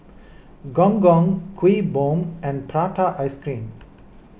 Gong Gong Kuih Bom and Prata Ice Cream